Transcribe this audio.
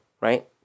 right